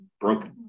broken